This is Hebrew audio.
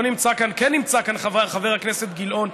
לא נמצא כאן, כן נמצא כאן חבר הכנסת גילאון.